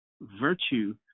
virtue